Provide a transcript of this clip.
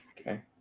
Okay